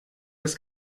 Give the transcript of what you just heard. das